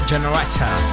Generator